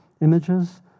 images